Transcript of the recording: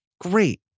Great